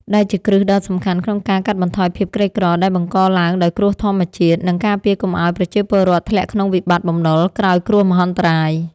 ដែលជាគ្រឹះដ៏សំខាន់ក្នុងការកាត់បន្ថយភាពក្រីក្រដែលបង្កឡើងដោយគ្រោះធម្មជាតិ និងការពារកុំឱ្យប្រជាពលរដ្ឋធ្លាក់ក្នុងវិបត្តិបំណុលក្រោយគ្រោះមហន្តរាយ។